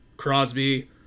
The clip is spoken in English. Crosby